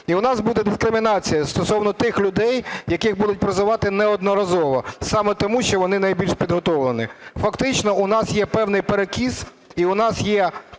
І у нас буде дискримінація стосовно тих людей, яких будуть призивати неодноразово, саме тому, що вони найбільш підготовлені. Фактично у нас є певний перекіс. І у нас є